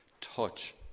touch